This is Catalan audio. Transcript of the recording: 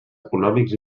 econòmics